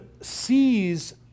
sees